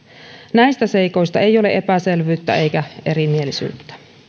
näistä seikoista ei ole epäselvyyttä eikä erimielisyyttä